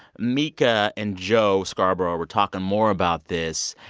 mika and joe scarborough were talking more about this.